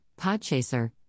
Podchaser